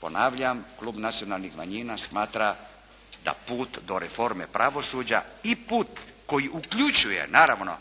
ponavljam klub Nacionalnih manjina smatra da put do reforme pravosuđa i put koji uključuje naravno